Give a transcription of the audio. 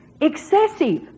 Excessive